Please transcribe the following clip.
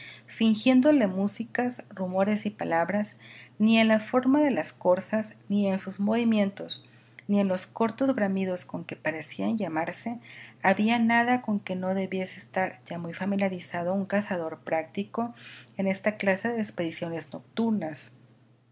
sentidos fingiéndole músicas rumores y palabras ni en la forma de las corzas ni en sus movimientos ni en los cortos bramidos con que parecían llamarse había nada con que no debiese estar ya muy familiarizado un cazador práctico en esta clase de expediciones nocturnas